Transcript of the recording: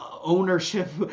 ownership